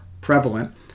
prevalent